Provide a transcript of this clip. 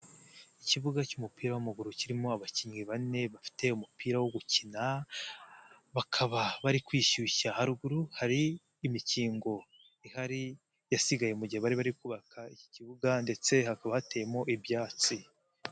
Ikibuga cy'umupira w'amaguru kirimo abakinnyi bane bafite umupira wo gukina, bakaba bari kwishyushya, haruguru hari imikingo ihari, yasigaye mu gihe bari bari kubaka iki kibuga ndetse hakaba hatemo ibyatsi.